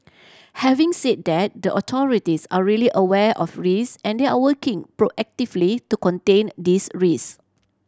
having said that the authorities are really aware of risk and they are working proactively to contain these risk